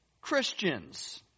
Christians